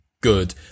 good